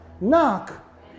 knock